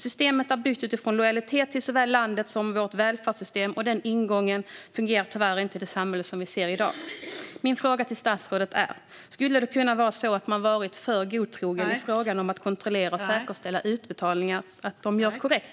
Systemet är byggt på lojalitet till såväl landet som vårt välfärdssystem, och den ingången fungerar tyvärr inte i det samhälle som vi ser i dag. Min fråga till statsrådet är: Skulle det kunna vara så att man varit för godtrogen i fråga om att kontrollera och säkerställa att utbetalningar görs korrekt?